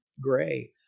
gray